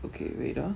okay wait ah